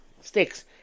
sticks